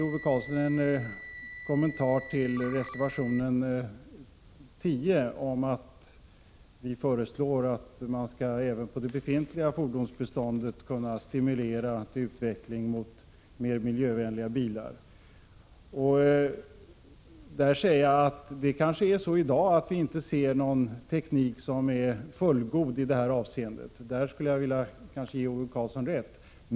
Ove Karlsson berörde vår reservation 10 med förslag om att man även när det gäller det befintliga fordonsbeståndet skall kunna stimulera till en utveckling mot mer miljövänliga bilar. Jag kan ge Ove Karlsson rätt i att vi i dag kanske inte har någon teknik som är fullgod i det här avseendet.